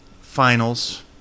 finals